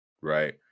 right